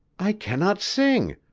i cannot sing!